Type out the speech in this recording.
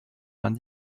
vingt